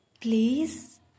Please